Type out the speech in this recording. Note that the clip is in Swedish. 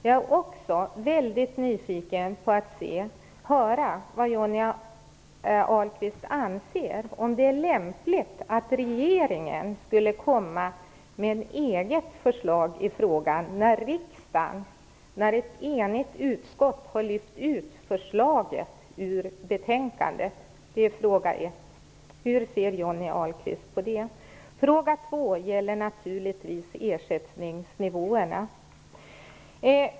Jag är också väldigt nyfiken på att höra om Johnny Ahlqvist anser att det är lämpligt att regeringen kommer med ett eget förslag i frågan när ett enigt utskott lyft ut förslaget ur betänkandet. Det är fråga 1. Hur ser Johnny Ahlqvist på det? Fråga 2 gäller naturligtvis ersättningsnivåerna.